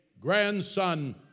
grandson